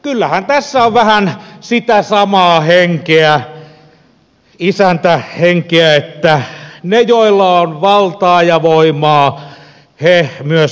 kyllähän tässä on vähän sitä samaa henkeä isäntähenkeä että ne joilla on valtaa ja voimaa ne myös käyttäkööt